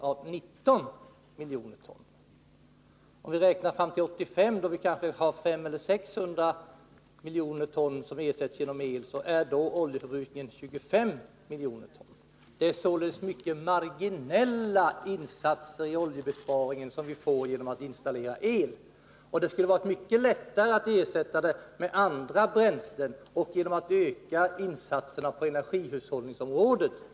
Uppskattningsvis minskar oljeförbrukningen med uppemot 600 000 ton år 1985 genom ökad elanvändning, men den sammanlagda oljeförbrukningen lär nog ändå ligga på 25 miljoner ton. Den minskade oljeförbrukningen genom att installera el blir således bara marginell. Det vore mycket lättare att minska vårt oljeberoende genom insättande av andra bränslen och genom att öka insatserna på energihushållningsområdet.